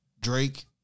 Drake